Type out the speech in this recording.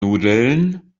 nudeln